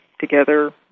together